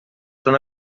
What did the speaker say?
són